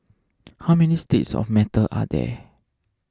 how many states of matter are there